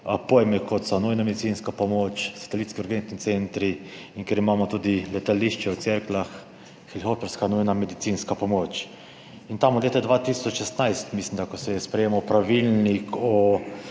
pojme, kot so nujna medicinska pomoč, satelitski urgentni centri, in ker imamo letališče v Cerkljah, tudi helikopterska nujna medicinska pomoč. Od leta 2016, mislim da, ko se je sprejemal Pravilnik o